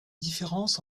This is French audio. différences